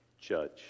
judge